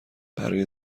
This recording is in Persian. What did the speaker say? برای